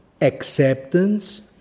acceptance